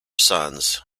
sons